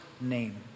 name